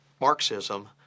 Marxism